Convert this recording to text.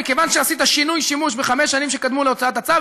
מכיוון שעשית שינוי שימוש בחמש השנים שקדמו להוצאת הצו,